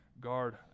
Guard